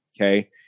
okay